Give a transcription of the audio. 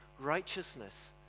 righteousness